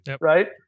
right